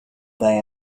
they